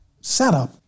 setup